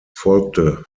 folgte